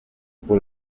por